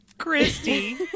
Christy